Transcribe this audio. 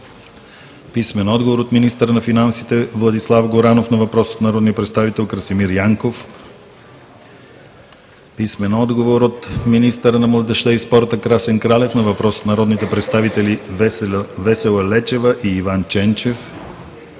Търновалийски; - министъра на финансите Владислав Горанов на въпрос от народния представител Красимир Янков; - министъра на младежта и спорта Красен Кралев на въпрос от народните представители Весела Лечева и Иван Ченчев;